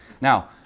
Now